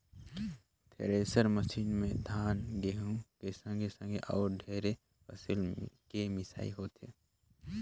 thresher machine में धान, गहूँ के संघे संघे अउ ढेरे फसिल के मिसई होथे